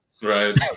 Right